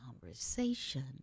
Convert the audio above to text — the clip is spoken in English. conversation